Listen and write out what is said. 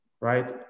right